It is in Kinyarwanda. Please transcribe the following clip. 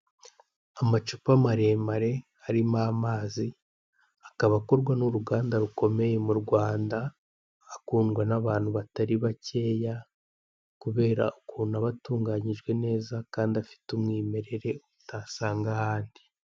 Amacupa maremare arimo amazi akaba akorwa n'uruganda rukomeye mu rwanda, akundwa n'abantu batari bakeya kubera ukuntu aba atunganyije neza kandi afite umwimerere utasanga ahandi.